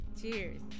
cheers